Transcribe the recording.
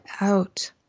out